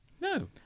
no